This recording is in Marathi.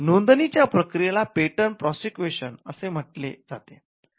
नोंदणीच्या प्रक्रियेला पेटंट प्रोसेक्युशन असे म्हटले जाते